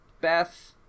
beth